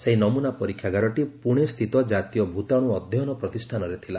ସେହି ନମୁନା ପରୀକ୍ଷାଗାରଟି ପୁଣେ ସ୍ଥିତ ଜାତୀୟ ଭୂତାଣୁ ଅଧ୍ୟୟନ ପ୍ରତିଷ୍ଠାନରେ ଥିଲା